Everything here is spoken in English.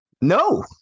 No